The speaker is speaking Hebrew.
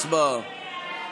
הצבעה.